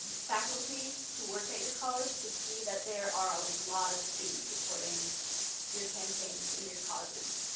faculty who work at your college to see that there are a lot of students supporting your campaigns and your causes.